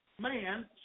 man